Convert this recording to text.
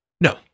No